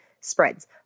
spreads